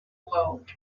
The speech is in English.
world